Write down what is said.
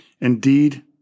Indeed